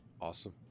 Awesome